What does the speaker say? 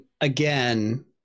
again